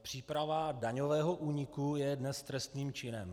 Příprava daňového úniku je dnes trestným činem.